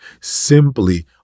simply